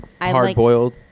hard-boiled